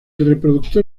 reproductor